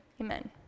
Amen